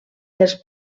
dels